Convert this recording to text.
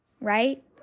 right